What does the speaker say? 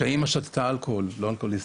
שהאמא שתתה אלכוהול.